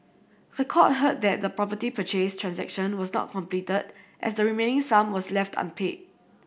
the court heard that the property purchase transaction was not completed as the remaining sum was left unpaid